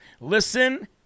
Listen